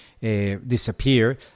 disappear